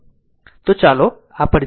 તો ચાલો આ પર જાઓ